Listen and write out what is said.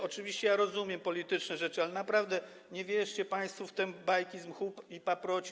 Oczywiście ja rozumiem polityczne rzeczy, ale naprawdę, nie wierzcie państwo w te bajki z mchu i paproci.